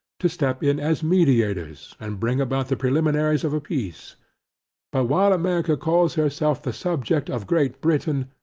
to step in as mediators, and bring about the preliminaries of a peace but while america calls herself the subject of great britain,